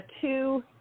two